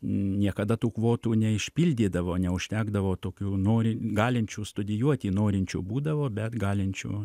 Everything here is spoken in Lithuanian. niekada tų kvotų neišpildydavo neužtekdavo tokių nori galinčių studijuoti norinčių būdavo bet galinčių